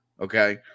okay